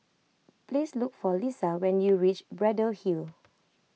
please look for Lissa when you reach Braddell Hill